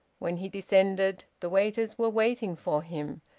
when he descended the waiters were waiting for him,